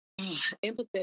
empathetic